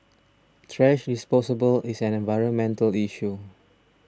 thrash disposal is an environmental issue